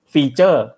Feature